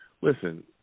listen